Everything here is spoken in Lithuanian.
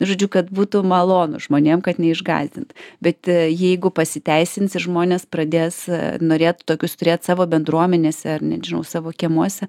žodžiu kad būtų malonu žmonėm kad neišgąsdint bet jeigu pasiteisins ir žmonės pradės norėt tokius turėt savo bendruomenėse ar net žinau savo kiemuose